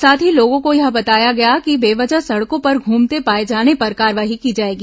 साथ ही लोगों को यह बताया गया कि बेवजह सड़कों पर घूमते पाए जाने पर कार्रवाई की जाएगी